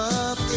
up